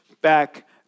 back